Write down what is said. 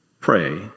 pray